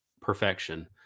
perfection